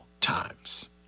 times